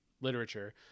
literature